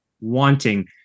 wanting